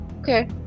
okay